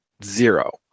zero